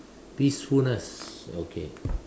peacefulness okay